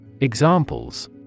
Examples